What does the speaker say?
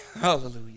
Hallelujah